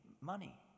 money